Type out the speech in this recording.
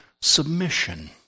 submission